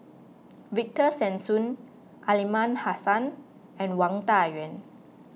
Victor Sassoon Aliman Hassan and Wang Dayuan